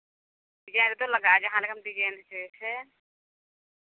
ᱰᱷᱮᱹᱨ ᱫᱚ ᱞᱟᱜᱟᱜᱼᱟ ᱡᱟᱦᱟᱸ ᱞᱮᱠᱟᱢ ᱰᱤᱡᱟᱭᱤᱱ ᱦᱚᱪᱚᱭᱟ ᱥᱮ